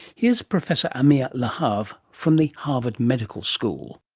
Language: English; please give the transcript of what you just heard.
here's professor amir lahav from the harvard medical school.